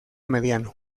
mediano